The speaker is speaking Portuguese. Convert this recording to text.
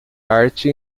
arte